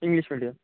English medium